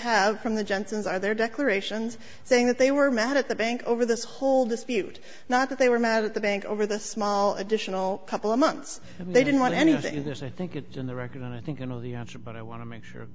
have from the jensens are their declarations saying that they were mad at the bank over this whole dispute not that they were mad at the bank over the small additional couple of months and they didn't want anything there's i think it's in the record i think you know the answer but i want to make sure